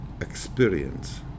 experience